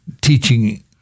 teaching